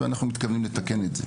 ואנחנו מתכוונים לתקן את זה.